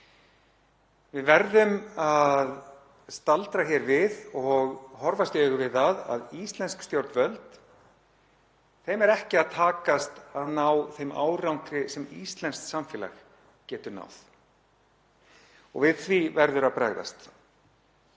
Við verðum að staldra við og horfast í augu við að íslenskum stjórnvöldum er ekki að takast að ná þeim árangri sem íslenskt samfélag getur náð. Við því verður að bregðast. Það